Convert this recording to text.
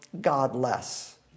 godless